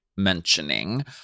mentioning